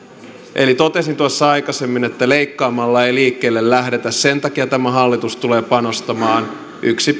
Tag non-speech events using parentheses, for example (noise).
eli totesin tuossa aikaisemmin että leikkaamalla ei liikkeelle lähdetä sen takia tämä hallitus tulee panostamaan yksi (unintelligible)